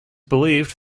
believed